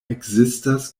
ekzistas